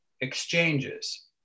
exchanges